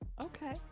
okay